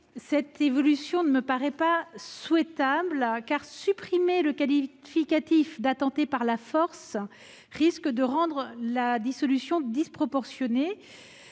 cette évolution ne me paraît pas souhaitable. Supprimer les mots « attenter par la force » risque de rendre la dissolution disproportionnée.